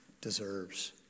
deserves